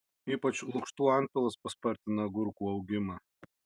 ypač lukštų antpilas paspartina agurkų augimą